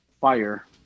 Fire